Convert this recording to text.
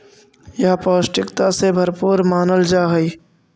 यह पौष्टिकता से भरपूर मानल जा हई